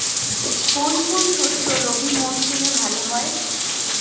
কোন কোন শস্য রবি মরশুমে ভালো হয়?